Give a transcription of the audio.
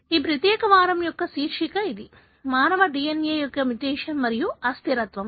ఈ ప్రత్యేక వారం యొక్క శీర్షిక ఇది మానవ DNA యొక్క మ్యుటేషన్ మరియు అస్థిరత్వం